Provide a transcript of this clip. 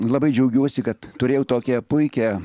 labai džiaugiuosi kad turėjau tokią puikią